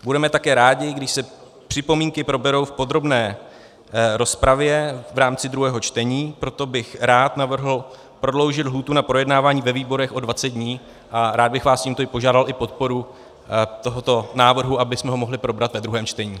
Budeme také rádi, když se připomínky proberou v podrobné rozpravě v rámci druhého čtení, proto bych rád navrhl prodloužit lhůtu na projednávání ve výborech o 20 dní a rád bych vás tímto i požádal o podporu tohoto návrhu, abychom ho mohli probrat ve druhém čtení.